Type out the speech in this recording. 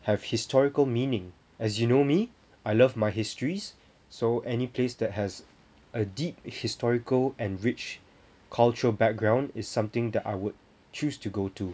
have historical meaning as you know me I love my histories so any place that has a deep historical and rich cultural background is something that I would choose to go to